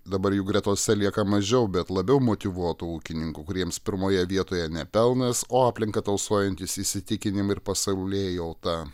dabar jų gretose lieka mažiau bet labiau motyvuotų ūkininkų kuriems pirmoje vietoje ne pelnas o aplinką tausojantys įsitikinimai ir pasaulėjauta